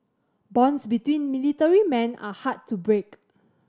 bonds between military men are hard to break